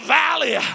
valley